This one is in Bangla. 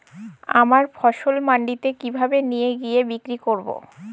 আমার ফসল মান্ডিতে কিভাবে নিয়ে গিয়ে বিক্রি করব?